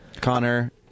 Connor